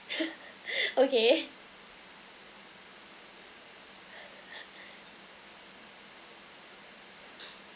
okay